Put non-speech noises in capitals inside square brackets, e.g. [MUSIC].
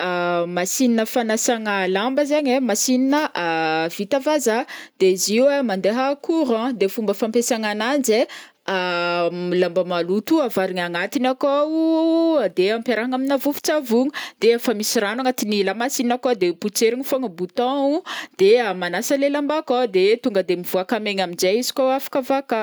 [HESITATION] Masinina fanasagna lamba zegny ai masinina [HESITATION] vita vazaha de izy io ah mandeha courant, de fomba fampiasagna agnanjy ai, [HESITATION] lamba maloto avarigny agnatiny akô [HESITATION] de ampiarahagna amina vovontsavogno, de efa misy ragno agnatiny lamasinina akô de potserigny fogna bouton ou de magnasa le lamba akô de tonga de mivoaka maigna amjai izy kô afaka avakao.